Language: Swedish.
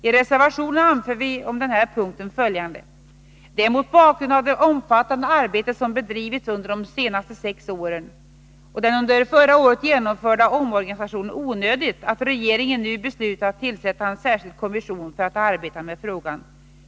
I reservationen anför vi om denna punkt följande: ”Det är mot bakgrund av det omfattande arbete som bedrivits under de sex senaste åren och den under förra året genomförda omorganisationen onödigt att regeringen nu beslutat tillsätta en särskild kommission för att arbeta med frågan.